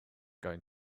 going